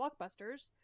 blockbusters